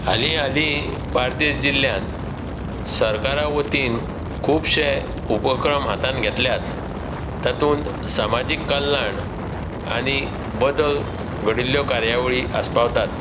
हाली हाली बार्देस जिल्यांत सरकारा वतीन खुबशें उपक्रम हातांत घेतल्यात तातुंत समाजीक कल्याण आनी बदल घडिल्ल्यो कार्यावळी आस्पावतात